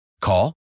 Call